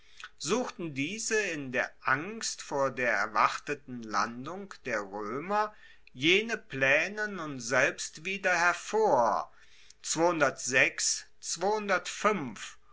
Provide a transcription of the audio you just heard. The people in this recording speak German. suchten diese in der angst vor der erwarteten landung der roemer jene plaene nun selbst wieder hervor